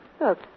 Look